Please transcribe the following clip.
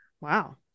Wow